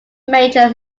major